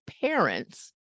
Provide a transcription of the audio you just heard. parents